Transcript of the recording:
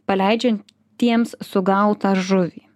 paleidžiant tiems sugautą žuvį